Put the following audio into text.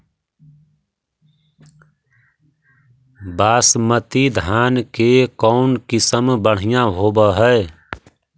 बासमती धान के कौन किसम बँढ़िया होब है?